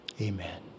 Amen